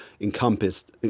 encompassed